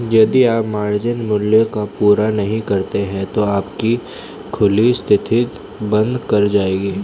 यदि आप मार्जिन मूल्य को पूरा नहीं करते हैं तो आपकी खुली स्थिति बंद कर दी जाएगी